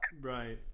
Right